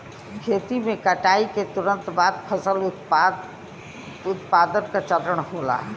खेती में कटाई के तुरंत बाद फसल उत्पादन का चरण होला